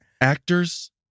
Actors